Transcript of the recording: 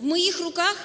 В моїх руках